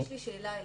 שאלה.